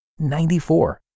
94